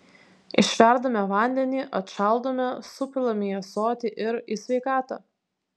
išverdame vandenį atšaldome supilame į ąsotį ir į sveikatą